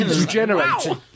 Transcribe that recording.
regenerating